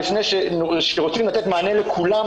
כשרוצים לתת מענה לכולם,